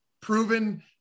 proven